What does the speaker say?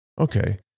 okay